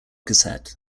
cassette